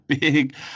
big